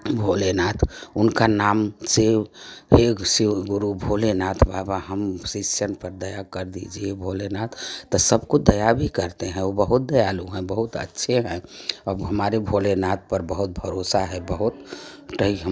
भोलेनाथ उनका नाम से एक शिवगुरु